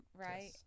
right